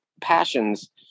passions